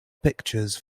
pictures